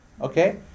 Okay